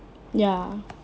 ya